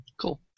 Cool